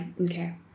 Okay